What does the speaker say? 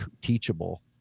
teachable